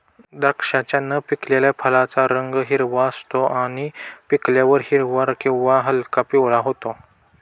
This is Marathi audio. द्राक्षाच्या न पिकलेल्या फळाचा रंग हिरवा असतो आणि पिकल्यावर हिरवा किंवा हलका पिवळा होतो